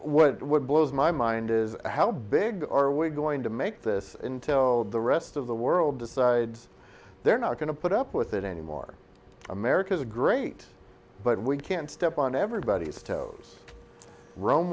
yes what blows my mind is how big are we going to make this until the rest of the world decides they're not going to put up with it anymore america's great but we can't step on everybody's toes ro